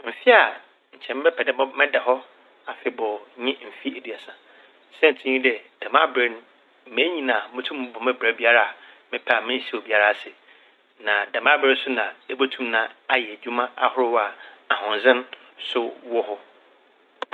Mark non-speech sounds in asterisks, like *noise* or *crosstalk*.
Mfe a nkyɛ mebɛpɛ dɛ *unintelligible* mɛda hɔ afebɔɔ nye mfe eduasa. Siaintsir nye dɛ dɛm aber no menyin a mutum bɔ me bra biara a mepɛ mennhyɛ obiara ase. Na dɛm aber no so na ebotum na ayɛ edwuma ahorow a ahoɔdzen so wɔ hɔ.